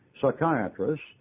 psychiatrists